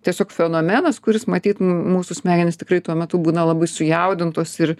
tiesiog fenomenas kuris matyt mu mūsų smegenys tikrai tuo metu būna labai sujaudintos ir